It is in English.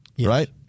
Right